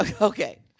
Okay